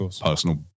personal